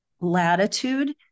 latitude